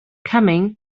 coming